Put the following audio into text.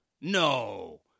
No